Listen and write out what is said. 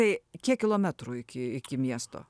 tai kiek kilometrų iki iki miesto